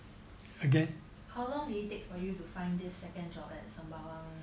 how long did you take for you to find this second job at sembawang